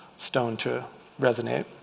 stone to resonate